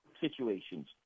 situations